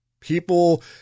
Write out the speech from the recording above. People